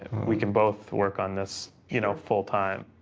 we can both work on this, you know, full-time.